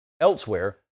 elsewhere